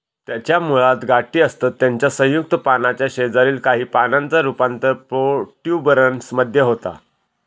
त्याच्या मुळात गाठी असतत त्याच्या संयुक्त पानाच्या शेजारील काही पानांचा रूपांतर प्रोट्युबरन्स मध्ये होता